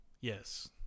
Yes